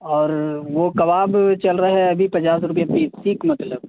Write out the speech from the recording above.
اور وہ کباب چل رہا ہے ابھی پچاس روپے پیس سیخ مطلب